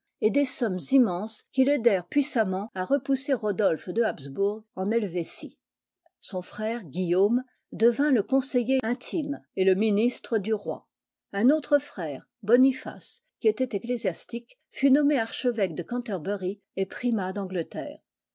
et des sommes immenses qui l'aidèrent puissamment a repousser rodolphe de habsbourg en helvétie son frère guillaume devint le conseiller intime et le ministre du roi un autre frère boniface qui était ecclésiastique fut nommé archevêque de canterbury et primat d'angleterre